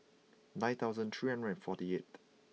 nine thousand three hundred and forty eighth